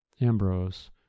ambrose